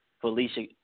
Felicia